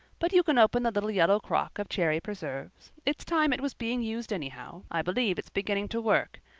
but you can open the little yellow crock of cherry preserves. it's time it was being used anyhow i believe it's beginning to work.